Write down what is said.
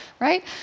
right